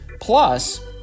plus